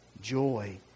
joy